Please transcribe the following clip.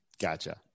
Gotcha